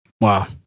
Wow